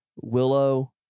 willow